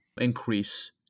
increase